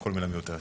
כל מילה מיותרת.